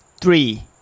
three